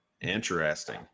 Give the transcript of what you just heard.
Interesting